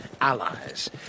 allies